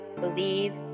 believe